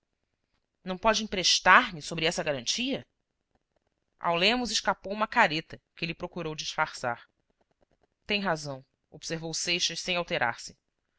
não pode emprestar me sobre essa garantia ao lemos escapou uma careta que ele procurou disfarçar tem razão observou seixas sem alterar se